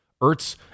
Ertz